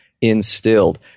instilled